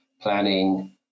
planning